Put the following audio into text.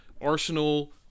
Arsenal